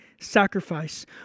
sacrifice